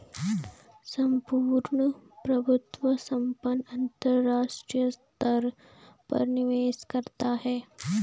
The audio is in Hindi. सम्पूर्ण प्रभुत्व संपन्न अंतरराष्ट्रीय स्तर पर निवेश करता है